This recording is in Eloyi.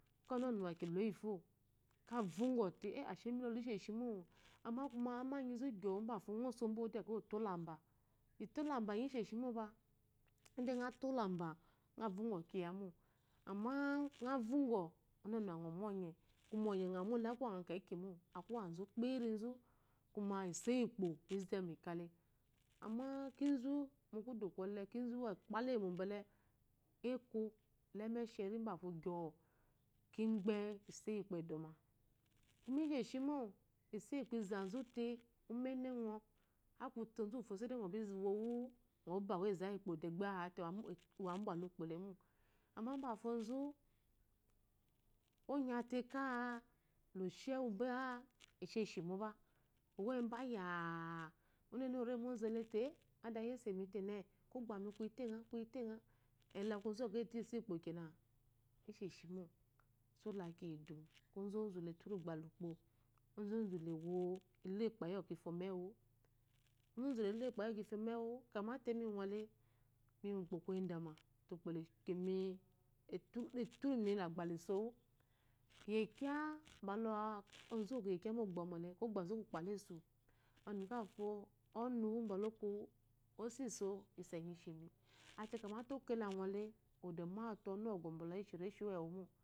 Ke onɔnuwe kiloyi ke vygute ele isheshimo amme kume amenyizu gyoo mbefo ngo sombo de otulambe, tolamba isheshimopa, ide ngo tslambe ngovyugo kiyimo amma ngo vgugɔ onɔnuwe ngo monye kume onye ngo mole aku wengc kekimo, akuwizu kirizu kuma iso yiuypo izime kele amakizu nu kudu gole kizu wakpale eyimo mbwle eko la emeshen mbafo gyoo ki gba iso yiukpo edome kume isheshimo isoyi ukpu izaute ummego akute onzufo saidai ng bsa wu ngo bewu ezuyiwkpo de gba a belu akpolemule amma mbefo zu onyamte kaloshi engube esheshi mo be owoeŋube yaa onne, orebwɔ zelete ade yesemine kogbemi kuyite nga, kuyi tenge eliaku ozumeyi iso yikpo kena ishoshimo so lekiyidu ozuzule turu gbele ukpo ozozule wo lelo eyeyi iyi fo menguwu ozozule lo ekpeyi yifomengumu kamete imi mingole miyi mukpo koyi idame te ukpo le kyomi le turumi lagbe lisowu kiyekye mbela ozuwu kyekya momle kogbazu ku kpalsa, ɔnugafo ɔnuwu mbele okowu osiso isoyi ishemi ate kamete okele angle wade mawute ɔnutogɔt bete oyi eshi reshiwu ewu omo